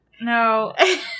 No